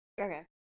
Okay